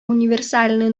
универсальные